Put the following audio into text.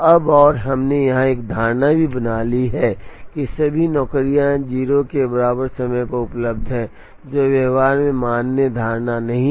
अब और हमने यहां एक धारणा भी बना ली है कि सभी नौकरियां 0 के बराबर समय पर उपलब्ध हैं जो व्यवहार में मान्य धारणा नहीं है